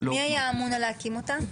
מי היה אמון להקים אותה?